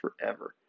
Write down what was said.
forever